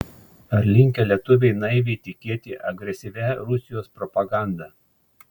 ar linkę lietuviai naiviai tikėti agresyvia rusijos propaganda